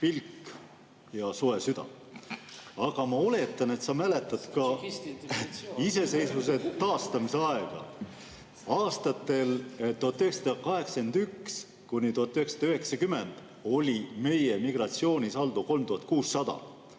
(Hääl saalist.) Aga ma oletan, et sa mäletad ka Eesti iseseisvuse taastamise aega. Aastatel 1981–1990 oli meie migratsioonisaldo 3600,